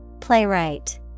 playwright